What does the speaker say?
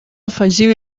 afegiu